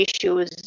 issues